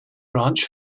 branch